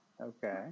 okay